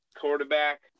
quarterback